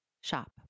shop